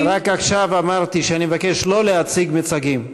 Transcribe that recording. רק עכשיו אמרתי שאני מבקש לא להציג מצגים.